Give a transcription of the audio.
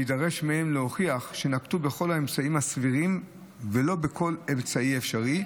ויידרש מהן להוכיח שנקטו את כל האמצעים הסבירים ולא כל אמצעי אפשרי,